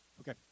Okay